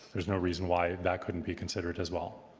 there's no reason why that couldn't be considered as well.